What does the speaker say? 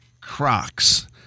Crocs